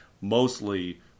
mostly